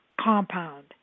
compound